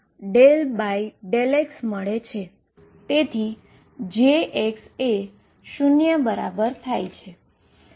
જે બીજુ કંઈ નથી